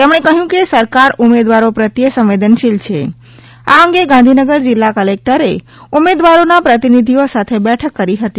તેમણે કહ્યું કે સરકાર ઉમેદવારો પ્રત્યે સંવેદનશીલ છે આ અંગે ગાંધીનગર જિલ્લા કલેક્ટરે ઉમેદવારોના પ્રતિનિધિઓ સાથે બેઠક કરી હતી